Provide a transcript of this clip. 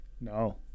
no